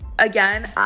again